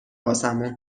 واسمون